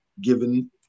given